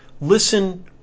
Listen